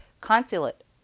consulate